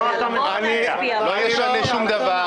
לא ישנה שום דבר,